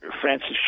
Francis